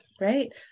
right